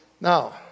Now